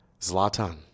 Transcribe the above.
Zlatan